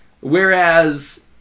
Whereas